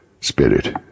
Spirit